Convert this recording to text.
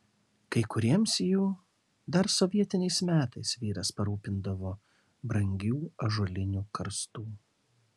kai kuriems jų dar sovietiniais metais vyras parūpindavo brangių ąžuolinių karstų